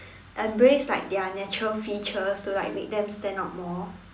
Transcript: embrace like their natural features to like make them stand out more